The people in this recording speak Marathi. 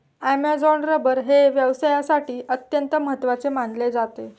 ॲमेझॉन रबर हे व्यवसायासाठी अत्यंत महत्त्वाचे मानले जाते